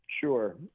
Sure